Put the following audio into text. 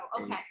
Okay